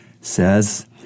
says